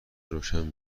روشن